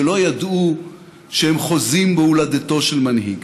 שלא ידעו שהם חוזים בהולדתו של מנהיג.